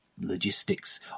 logistics